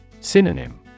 Synonym